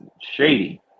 Shady